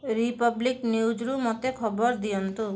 Republic ନ୍ୟୁଜ୍ରୁ ମୋତେ ଖବର ଦିଅନ୍ତୁ